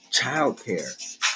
childcare